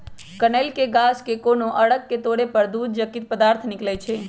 कनइल के गाछ के कोनो अङग के तोरे पर दूध जकति पदार्थ निकलइ छै